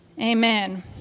amen